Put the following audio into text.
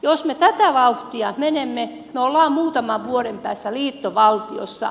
jos me tätä vauhtia menemme me olemme muutaman vuoden päästä liittovaltiossa